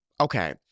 Okay